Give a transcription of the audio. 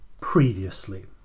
Previously